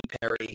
Perry